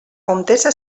comtessa